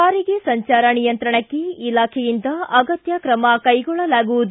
ಸಾರಿಗೆ ಸಂಚಾರ ನಿಯಂತ್ರಣಕ್ಕೆ ಇಲಾಖೆಯಿಂದ ಅಗತ್ಯ ಕ್ರಮ ಕೈಗೊಳ್ಳಲಾಗುವುದು